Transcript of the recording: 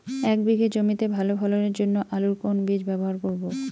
এক বিঘে জমিতে ভালো ফলনের জন্য আলুর কোন বীজ ব্যবহার করব?